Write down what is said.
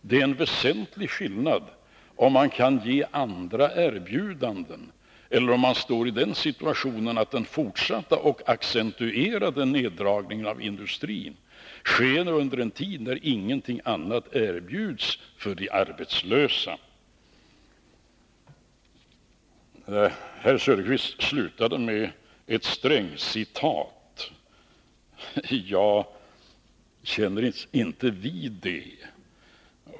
Det är en väsentlig skillnad, om man kan ge andra erbjudanden eller om man står i den situationen att den fortsatta och accentuerade neddragningen av industrin sker under en tid när ingenting annat erbjuds för de arbetslösa. Herr Söderqvist slutade med ett Strängcitat. Jag känns inte vid det.